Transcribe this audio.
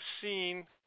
seen